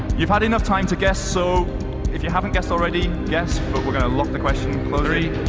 you've had enough time to guess, so if you haven't guessed already, guess but we're going to lock the question. three,